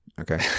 Okay